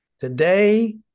Today